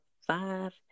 five